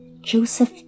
Joseph